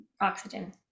oxygen